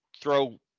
throw